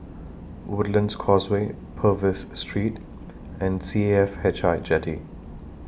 Woodlands Causeway Purvis Street and C A F H I Jetty